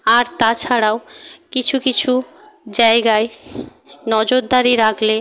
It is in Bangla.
আর তাছাড়াও কিছু কিছু জায়গায় নজরদারি রাখলে